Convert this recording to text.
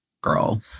girl